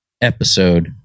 episode